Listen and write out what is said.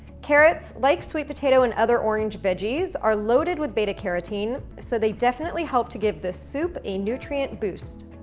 carrots, like sweet potato and other orange veggies, are loaded with beta carotene, so they definitely help to give this soup a nutrient boost.